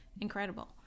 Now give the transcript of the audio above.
incredible